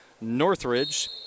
Northridge